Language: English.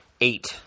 Eight